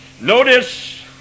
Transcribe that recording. Notice